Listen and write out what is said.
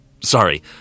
Sorry